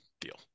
deal